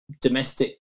domestic